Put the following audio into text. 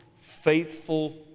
faithful